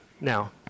Now